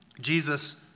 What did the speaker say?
Jesus